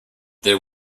there